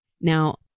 Now